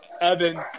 Evan